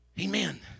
Amen